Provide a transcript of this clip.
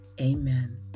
Amen